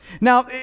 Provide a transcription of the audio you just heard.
Now